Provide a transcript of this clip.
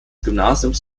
gymnasiums